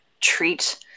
treat